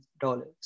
dollars